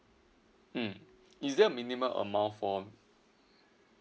mm is there a minimum amount for